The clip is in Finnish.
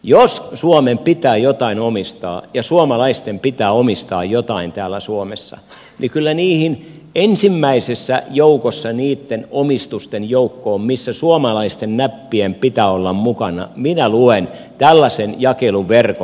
jos suomen pitää jotain omistaa ja suomalaisten pitää omistaa jotain täällä suomessa niin kyllä ensimmäisessä joukossa niitten omistusten joukkoon missä suomalaisten näppien pitää olla mukana minä luen tällaisen jakeluverkon